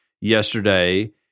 yesterday